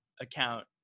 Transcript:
account